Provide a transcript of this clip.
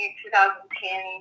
2010